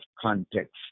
context